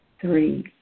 Three